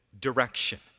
direction